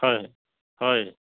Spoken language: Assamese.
হয় হয়